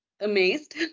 amazed